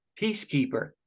peacekeeper